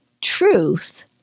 truth